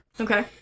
Okay